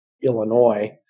Illinois